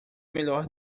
melhor